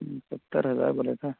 ستر ہزار بولے تھے